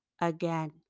again